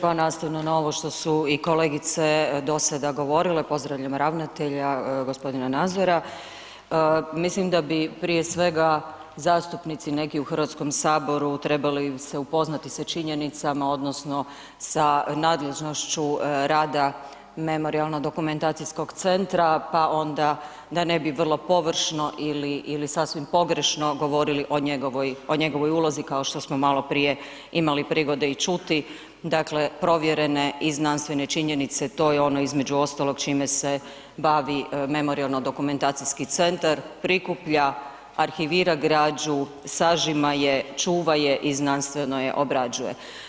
Pa nastavno na ovo što su i kolegice do sada govorile, pozdravljam ravnatelja g. Nazora, mislim da bi prije svega zastupnici neki u HS trebali se upoznati sa činjenicama odnosno sa nadležnošću rada Memorijalno dokumentacijskog centra, pa onda da ne bi vrlo površno ili sasvim pogrešno govorili o njegovoj ulozi kao što smo maloprije imali prigode i čuti, dakle, provjerene i znanstvene činjenice, to je ono između ostalog čime se bavi Memorijalno dokumentacijski centar, prikuplja, arhivira građu, sažima je, čuva je i znanstveno je obrađuje.